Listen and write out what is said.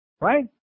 right